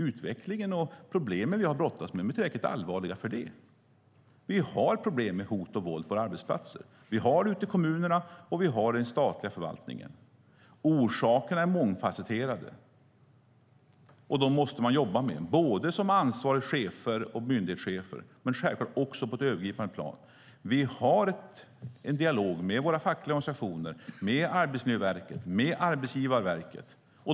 Utvecklingen och problemen vi har att brottas med är tillräckligt allvarliga ändå. Vi har problem med hot och våld ute på våra arbetsplatser. Vi har det i kommunerna, och vi har det i den statliga förvaltningen. Orsakerna är mångfasetterade, och dem måste man jobba med, både ansvariga chefer och myndighetschefer, men man måste också göra det på ett övergripande plan. Vi har en dialog med våra fackliga organisationer, med Arbetsmiljöverket och med Arbetsgivarverket.